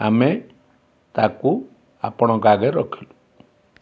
ଆମେ ତାକୁ ଆପଣଙ୍କ ଆଗରେ ରଖିଲୁ